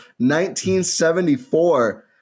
1974